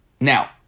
Now